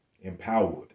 empowered